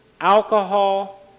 alcohol